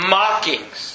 mockings